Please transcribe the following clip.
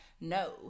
No